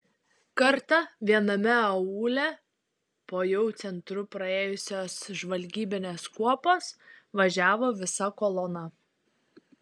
kartą viename aūle po jau centru praėjusios žvalgybinės kuopos važiavo visa kolona